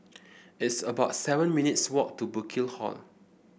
it's about seven minutes' walk to Burkill Hall